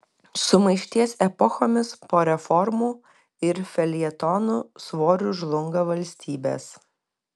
sumaišties epochomis po reformų ir feljetonų svoriu žlunga valstybės